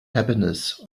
happiness